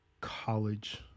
college